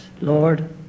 Lord